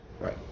Right